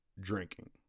drinking